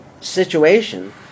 situation